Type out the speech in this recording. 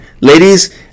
ladies